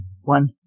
One